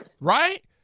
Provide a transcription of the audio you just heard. Right